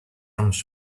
comes